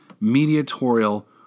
mediatorial